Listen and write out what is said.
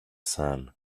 sun